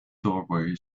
doorway